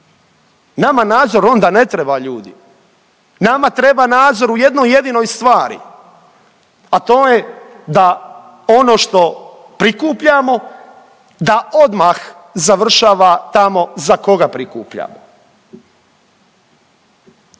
Nama nadzor onda ne treba ljudi. Nama treba nadzor u jednoj jedinoj stvari, a to je da ono što prikupljamo da odmah završava tamo za koga prikupljamo.